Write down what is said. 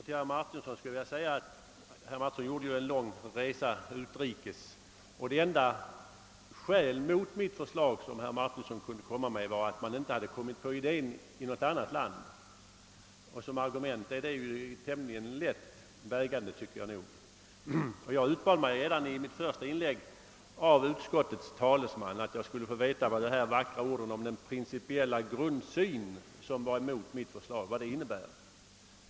Herr Martinsson gjorde en lång resa utrikes, och det enda skäl mot mitt förslag som herr Martinsson kunde anföra var att man inte kommit på samma idé i något annat land. Jag tycker att det väger tämligen lätt som argument. Jag utbad mig redan i mitt första inlägg att av utskottets talesman få veta vad de vackra orden om den principiella grundsyn som var emot mitt förslag innebar.